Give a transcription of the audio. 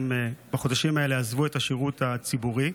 עזבו בחודשים האלה את השירות הציבורי.